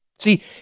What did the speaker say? See